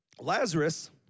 Lazarus